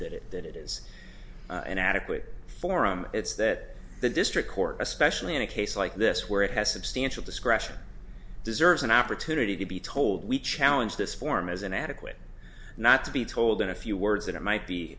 that it that it is an adequate forum it's that the district court especially in a case like this where it has substantial discretion deserves an opportunity to be told we challenge this form isn't adequate not to be told in a few words that it might be